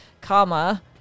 comma